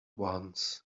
once